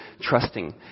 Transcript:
trusting